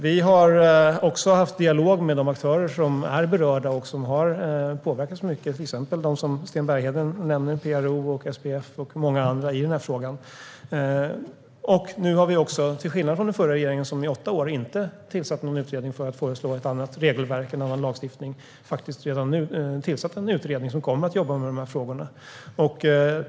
Vi har dessutom haft en dialog med de aktörer som är berörda och som har påverkats mycket, till exempel PRO och SPF, som Sten Bergheden nämner, och många andra i den här frågan. Till skillnad från den förra regeringen, som under åtta år inte tillsatte någon utredning för att föreslå en annan lagstiftning, har vi redan nu tillsatt en utredning som kommer att jobba med de här frågorna.